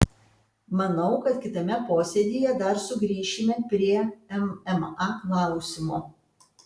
manau kad kitame posėdyje dar sugrįšime prie mma klausimo